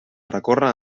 recorre